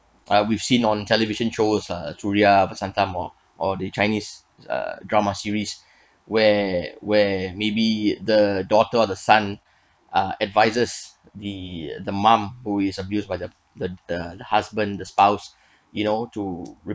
uh we've seen on television shows uh suria vasantham or or the chinese uh drama series where where maybe the daughter or the son uh advises the the mum who is abused by the the the husband the spouse you know to